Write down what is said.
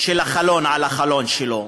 של החלון, על החלון שלו.